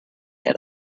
had